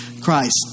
Christ